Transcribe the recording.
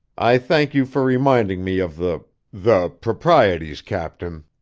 i thank you for reminding me of the the proprieties, captain.